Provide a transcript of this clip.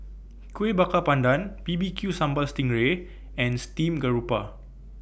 Kuih Bakar Pandan B B Q Sambal Sting Ray and Steamed Garoupa